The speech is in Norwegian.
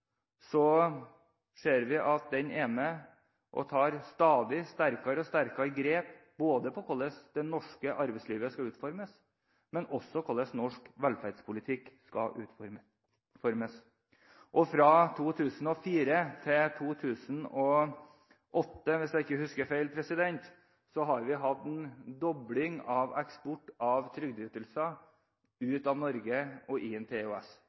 stadig sterkere grep ikke bare om hvordan det norske arbeidslivet skal utformes, men også om hvordan norsk velferdspolitikk skal utformes. Hvis jeg ikke husker feil, har vi fra 2004 til 2008 hatt en dobling av eksport av trygdeytelser ut av Norge og